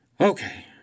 Okay